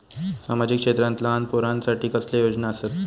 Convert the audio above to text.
सामाजिक क्षेत्रांत लहान पोरानसाठी कसले योजना आसत?